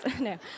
No